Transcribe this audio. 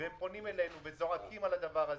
הם פונים אלינו וזועקים על הדבר הזה.